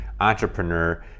entrepreneur